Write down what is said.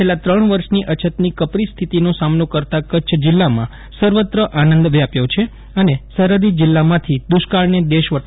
છેલ્લા ત્રણ વર્ષથી અછતની કપરી સ્થિતિનો સામનો કરતા કચ્છ જીલ્લામાં સર્વત્ર આનંદ વ્યાપ્યો છે અને સરહદી જીલ્લામાંથી દુષ્કાળને દેશવટો મળયો છે